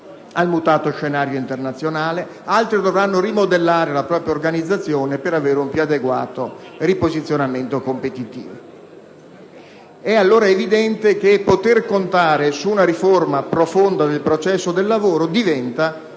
al mutato scenario internazionale. Altre imprese, invece, dovranno rimodellare la propria organizzazione per avere un più adeguato riposizionamento competitivo. È allora evidente che potere contare su una riforma profonda del processo del lavoro diventa un vettore